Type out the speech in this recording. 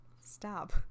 Stop